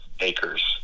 acres